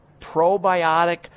probiotic